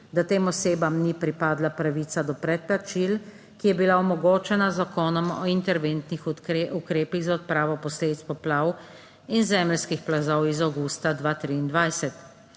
da tem osebam ni pripadla pravica do predplačil, ki je bila omogočena z Zakonom o interventnih ukrepih za odpravo posledic poplav in zemeljskih plazov iz avgusta 2023.